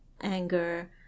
anger